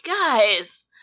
guys